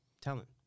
talent